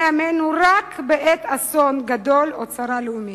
עמנו רק בעת אסון גדול או צרה לאומית?